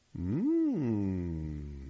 Mmm